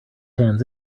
hands